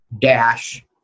dash